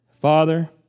Father